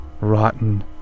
rotten